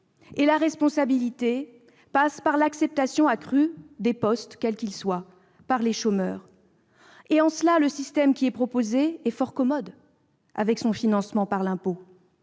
». La responsabilité passe par l'acceptation accrue des postes, quels qu'ils soient, par les chômeurs. En cela, le système qui est proposé est fort commode, avec son financement par l'impôt.